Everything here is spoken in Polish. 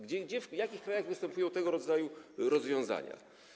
Gdzie, w jakich krajach występują tego rodzaju rozwiązania?